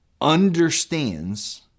understands